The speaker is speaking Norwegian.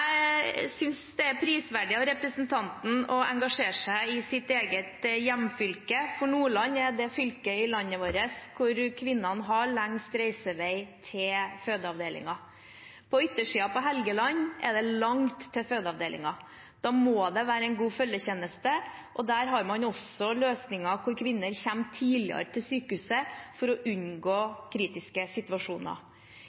synes det er prisverdig av representanten å engasjere seg i sitt eget hjemfylke, for Nordland er det fylket i landet vårt hvor kvinnene har lengst reisevei til fødeavdelinger. På yttersiden på Helgeland er det langt til fødeavdelinger. Da må det være en god følgetjeneste, og der har man også løsninger som at kvinner kommer tidligere til sykehuset, for å unngå